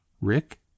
Rick